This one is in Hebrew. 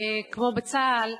כמו בצה"ל,